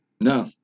no